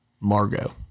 Margot